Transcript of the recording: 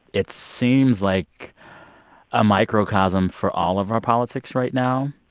it seems like a microcosm for all of our politics right now.